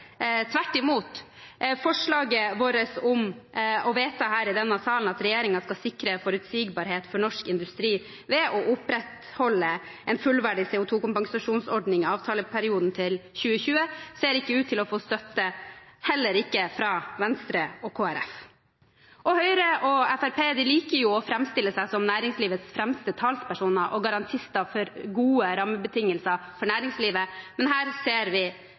tvert imot. Forslaget Arbeiderpartiet sammen med andre har om å vedta her i denne salen at regjeringen skal sikre forutsigbarhet for norsk industri ved å opprettholde en fullverdig CO2-kompensasjonsordning i avtaleperioden til 2020, ser ikke ut til å få støtte, heller ikke fra Venstre og Kristelig Folkeparti. Høyre og Fremskrittspartiet liker å framstille seg som næringslivets fremste talspersoner og garantister for gode rammebetingelser for næringslivet, men her ser vi